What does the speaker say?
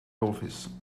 office